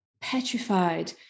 petrified